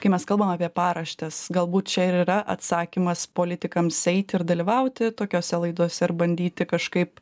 kai mes kalbam apie paraštes galbūt čia ir yra atsakymas politikams eiti ir dalyvauti tokiose laidose ar bandyti kažkaip